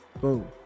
Boom